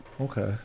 Okay